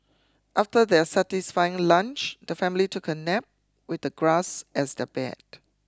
after their satisfying lunch the family took a nap with the grass as their bed